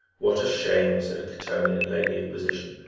what a shame, said a quitonian lady of position,